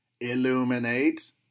illuminate